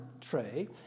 tray